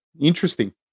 interesting